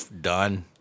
Done